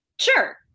Sure